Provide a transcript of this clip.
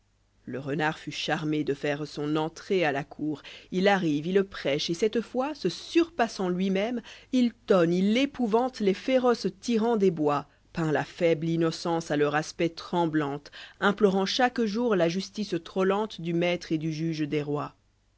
le renard fut charmé de faire son entrée a la cour il arrive il prêche et cette fois se surpassant lui-même il tonne il épouvante les féroces tyrans des bois peint ja foible innocence à leur aspect tremblante implorant'chaque jour la justice trop lente du maître et du juge des rois